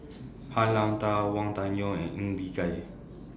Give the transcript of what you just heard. Han Lao DA Wang Dayuan and Ng Bee